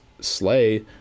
slay